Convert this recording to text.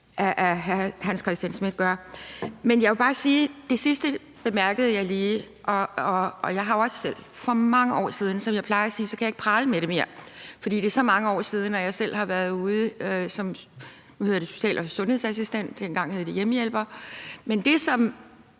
at hr. Hans Christian Schmidt gør. Men jeg vil bare sige, at jeg lige bemærkede det sidste – og jeg har jo også selv for mange år siden, og som jeg plejer at sige, kan jeg ikke prale med det mere, fordi det er så mange år siden, jeg selv har været ude som, nu hedder det social- og sundhedsassistent, dengang hed det hjemmehjælper – altså